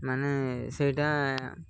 ମାନେ ସେଇଟା